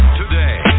today